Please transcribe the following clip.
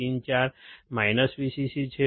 pin 4 VCC છે